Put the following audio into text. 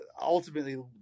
ultimately